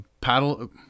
Paddle